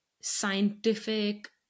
scientific